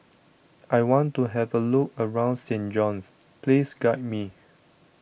I want to have a look around Saint John's Please guide me